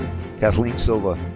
kathleen silva.